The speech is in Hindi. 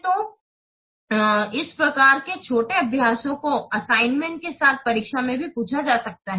तो इस प्रकार के छोटे अभ्यासों को असाइनमेंट के साथ साथ परीक्षा में भी पूछा जा सकता है